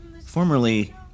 Formerly